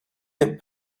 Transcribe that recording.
their